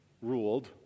ruled